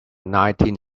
nineteen